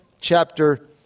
chapter